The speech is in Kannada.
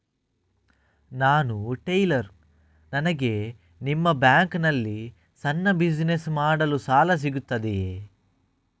ನಾನು ಟೈಲರ್, ನನಗೆ ನಿಮ್ಮ ಬ್ಯಾಂಕ್ ನಲ್ಲಿ ಸಣ್ಣ ಬಿಸಿನೆಸ್ ಮಾಡಲು ಸಾಲ ಸಿಗುತ್ತದೆಯೇ?